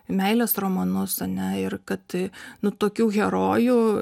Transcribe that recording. meilės romanus ane ir kad nu tokių herojų